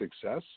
success